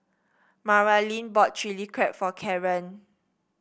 Maralyn bought Chilli Crab for Caren